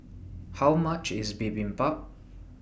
How much IS Bibimbap